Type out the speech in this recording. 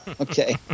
okay